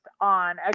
on